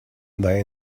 they